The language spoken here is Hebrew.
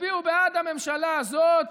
יצביעו בעד הממשלה הזאת,